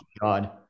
god